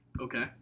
Okay